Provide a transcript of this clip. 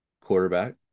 quarterback